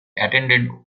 attended